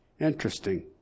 Interesting